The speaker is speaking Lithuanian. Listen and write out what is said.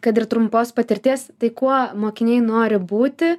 kad ir trumpos patirties tai kuo mokiniai nori būti